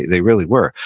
they really were,